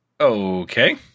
Okay